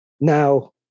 now